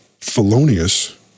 felonious